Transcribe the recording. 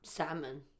Salmon